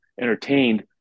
entertained